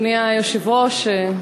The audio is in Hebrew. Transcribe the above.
אדוני היושב-ראש,